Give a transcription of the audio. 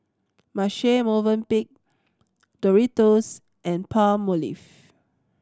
Marche Mvoenpick Doritos and Palmolive